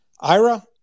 Ira